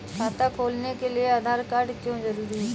खाता खोलने के लिए आधार कार्ड क्यो जरूरी होता है?